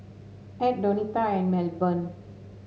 Edd Donita and Milburn